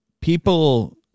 People